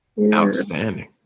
Outstanding